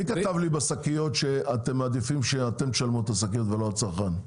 מי כתב לי בשקיות שאתם מעדיפים שאתם תשלמו את השקיות ולא הצרכן?